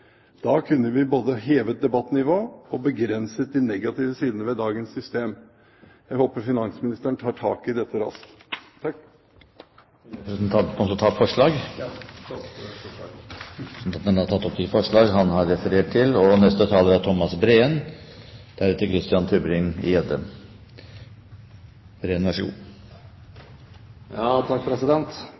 Da kunne vi både hevet debattnivået og begrenset de negative sidene ved dagens system. Jeg håper finansministeren tar tak i dette raskt. Ville representanten også ta opp forslag? Ja, jeg tar opp Høyres forslag. Representanten Gunnar Gundersen har